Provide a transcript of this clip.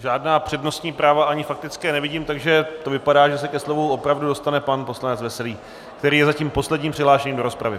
Žádná přednostní práva ani faktické nevidím, takže to vypadá, že se ke slovu opravdu dostane pan poslanec Veselý, který je zatím posledním přihlášeným do rozpravy.